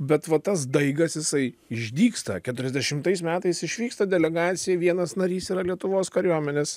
bet va tas daigas jisai išdygsta keturiasdešimtais metais išvyksta delegacija vienas narys yra lietuvos kariuomenės